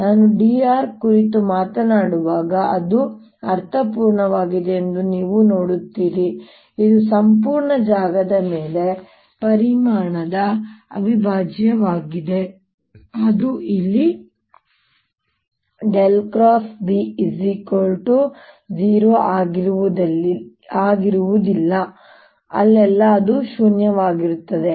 ಈಗ ನಾನು dr ಕುರಿತು ಮಾತನಾಡುವಾಗ ಅದು ಅರ್ಥಪೂರ್ಣವಾಗಿದೆ ಎಂದು ನೀವು ನೋಡುತ್ತೀರಿ ಇದು ಸಂಪೂರ್ಣ ಜಾಗದ ಮೇಲೆ ಪರಿಮಾಣದ ಅವಿಭಾಜ್ಯವಾಗಿದೆ ಅದು ಎಲ್ಲಿ B 0 ಆಗಿರುವುದಿಲ್ಲ ಅಲ್ಲೆಲ್ಲಾ ಅದು ಶೂನ್ಯವಾಗಿರುತ್ತದೆ